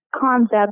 concept